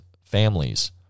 families